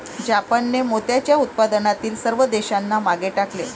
जापानने मोत्याच्या उत्पादनातील सर्व देशांना मागे टाकले